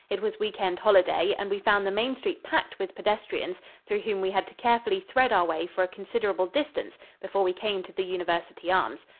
it was week-end holiday, and we found the main street packed with pedestrians, through whom we had to carefully thread our way for a considerable distance before we came to the university arms.